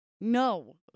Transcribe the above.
No